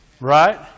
Right